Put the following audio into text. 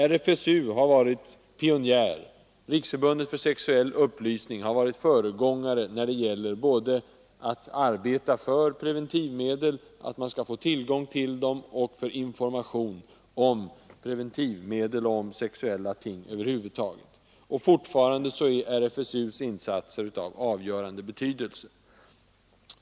RFSU har varit pionjär på detta område. Riksförbundet för sexuell upplysning har varit föregångare när det gäller att arbeta för preventivmedel, för att skapa tillgång till dessa och för att sprida information om preventivmedel och om sexuella frågor över huvud taget. Fortfarande är RFSU:s insatser av avgörande betydelse.